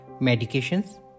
medications